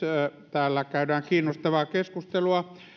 täällä käydään kiinnostavaa keskustelua